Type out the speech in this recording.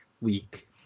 week